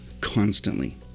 constantly